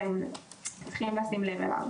גם לזה, לדעתי, צריך לשים לב.